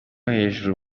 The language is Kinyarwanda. hejuru